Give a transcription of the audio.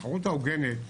התחרות ההוגנת,